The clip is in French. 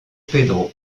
pedro